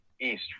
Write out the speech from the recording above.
east